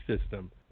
system